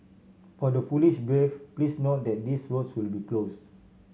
for the foolish brave please note that these roads will be closed